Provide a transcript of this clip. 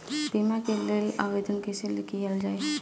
बीमा के लेल आवेदन कैसे कयील जाइ?